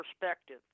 perspective